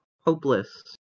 hopeless